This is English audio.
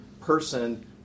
person